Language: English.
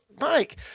Mike